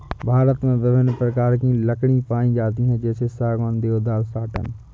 भारत में विभिन्न प्रकार की लकड़ी पाई जाती है जैसे सागौन, देवदार, साटन